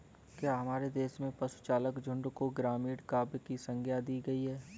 क्या हमारे देश में पशुचारक झुंड को ग्रामीण काव्य की संज्ञा दी गई है?